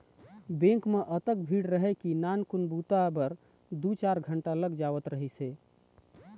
bank म अतेक भीड़ रहय के नानकुन बूता बर दू चार घंटा लग जावत रहिस हे